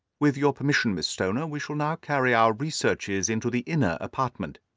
with your permission, miss stoner, we shall now carry our researches into the inner apartment.